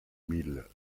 mille